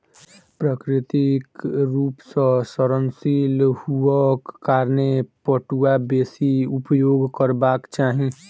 प्राकृतिक रूप सॅ सड़नशील हुअक कारणें पटुआ बेसी उपयोग करबाक चाही